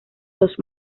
los